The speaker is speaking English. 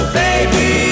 baby